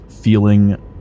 feeling